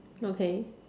okay